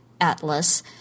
atlas